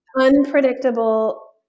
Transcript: unpredictable